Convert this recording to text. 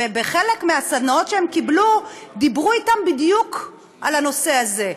ובחלק מהסדנאות שהם קיבלו דיברו אתם בדיוק על הנושא הזה.